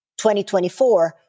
2024